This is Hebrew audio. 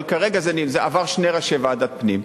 אבל כרגע זה עבר שני ראשי ועדת הפנים,